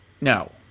No